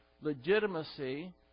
legitimacy